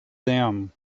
them